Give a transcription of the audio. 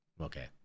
Okay